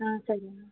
సరేనండి